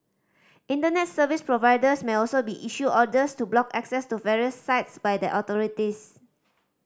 Internet service providers may also be issued orders to block access to various sites by the authorities